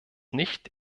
nicht